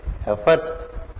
effort